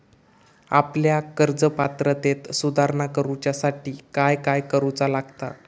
आपल्या कर्ज पात्रतेत सुधारणा करुच्यासाठी काय काय करूचा लागता?